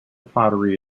pottery